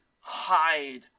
hide